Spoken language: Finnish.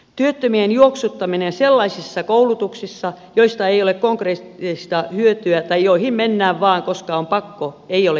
työttömien juoksuttaminen sellaisissa koulutuksissa joista ei ole konkreettista hyötyä tai joihin mennään vain koska on pakko ei ole järkevää